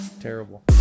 Terrible